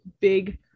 big